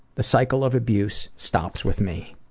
the cycle of abuse stops with me.